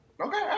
Okay